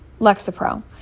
lexapro